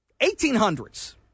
1800s